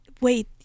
wait